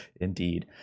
indeed